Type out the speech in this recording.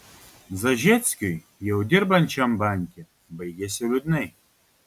zažeckiui jau dirbančiam banke baigėsi liūdnai